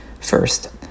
First